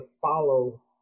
follow